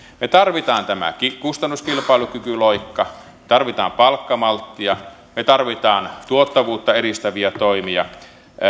me tarvitsemme tämän kustannuskilpailukykyloikan tarvitsemme palkkamalttia me tarvitsemme tuottavuutta edistäviä toimia